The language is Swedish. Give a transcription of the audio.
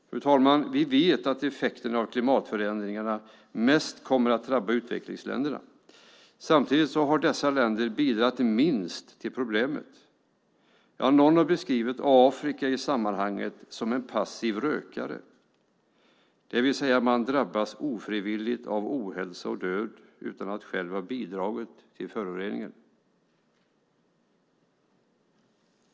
Fru talman! Vi vet att effekterna av klimatförändringarna mest kommer att drabba utvecklingsländerna. Samtidigt har dessa länder bidragit minst till problemet. Någon har beskrivit Afrika i sammanhanget som en passiv rökare, det vill säga att man drabbas ofrivilligt av ohälsa och död utan att själv ha bidragit till föroreningen.